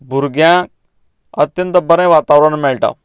भुरग्यांक अत्यंत बरें वातावरण मेळटा